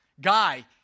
guy